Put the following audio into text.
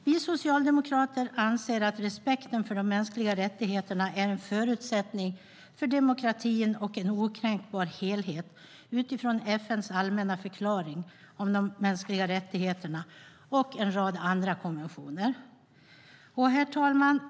Vi socialdemokrater anser att respekten för de mänskliga rättigheterna är en förutsättning för demokratin och en okränkbar helhet utifrån FN:s allmänna förklaring om de mänskliga rättigheterna och en rad andra konventioner. Herr talman!